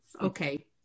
okay